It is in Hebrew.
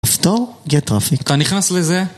כפתור גט טראפיק אתה נכנס לזה?